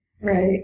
Right